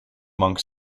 monk